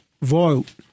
vote